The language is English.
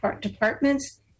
departments